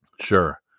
sure